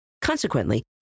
Consequently